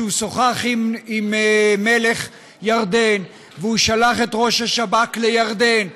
שהוא שוחח עם מלך ירדן והוא שלח את ראש השב"כ לירדן.